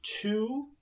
two